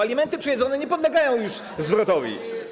Alimenty przejedzone nie podlegają już zwrotowi.